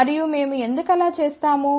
మరియు మేము ఎందుకు అలా చేస్తాము